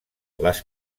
les